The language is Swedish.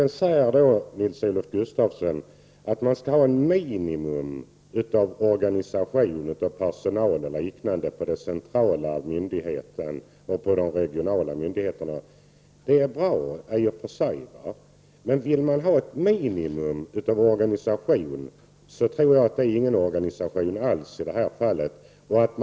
Nils-Olof Gustafsson sade att man skall ha ett minimum av organisation, personal och liknande på den centrala myndigheten och på de regionala myndigheterna. Det är bra i och för sig, men vill man ha ett minimum av organisation tror jag att det i detta fall innebär ingen organisation alls.